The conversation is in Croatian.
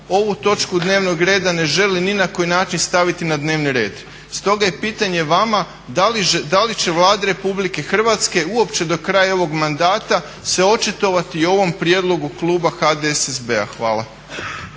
ovu točku dnevnog reda ne želi ni na koji način staviti na dnevni red. Stoga je pitanje vama da li će Vlada Republike Hrvatske uopće do kraja ovog mandata se očitovati i o ovom prijedlogu kluba HDSSB-a? Hvala.